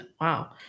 Wow